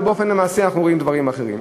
ובאופן מעשי אנחנו רואים דברים אחרים,